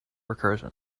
recursion